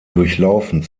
durchlaufen